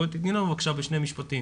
תני לנו את זה בשני משפטים.